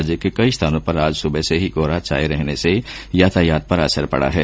राज्य के कई स्थानों पर आज सुबह से ही कोहरा छाये रहने से यातायात पर असर पड रहा है